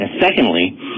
secondly